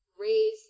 raise